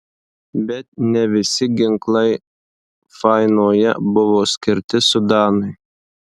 bet ne visi ginklai fainoje buvo skirti sudanui